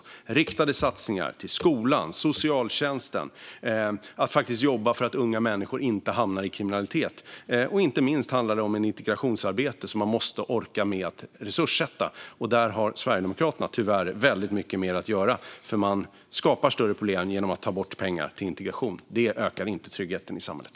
Det handlar om riktade satsningar på skolan och socialtjänsten och om att faktiskt jobba för att unga människor inte ska hamna i kriminalitet. Inte minst handlar det om ett integrationsarbete som man måste orka med att resurssätta. Där har Sverigedemokraterna tyvärr väldigt mycket mer att göra, eftersom de skapar större problem genom att ta bort pengar till integration. Det ökar inte tryggheten i samhället.